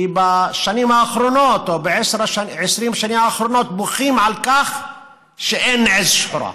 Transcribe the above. כי בשנים האחרונות או ב-20 השנה האחרונות בוכים על כך שאין עז שחורה,